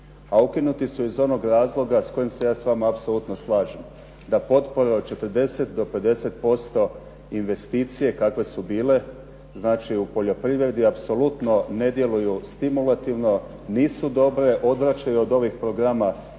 a ukinuti su iz onog razloga s kojim se ja s vama apsolutno slažem, da potpore od 40 do 50% investicije kakve su bile, znači u poljoprivredi, apsolutno ne djeluju stimulativno, nisu dobre, odvraćaju od ovih programa